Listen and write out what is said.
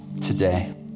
today